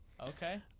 Okay